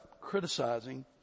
criticizing